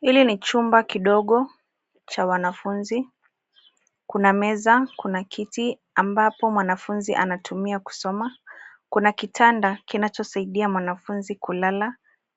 Hili ni chumba kidogo cha wanafunzi. Kuna meza, kuna kiti ambapo mwanafunzi anatumia kusoma. Kuna kitanda kinachosaidia mwanafunzi kulala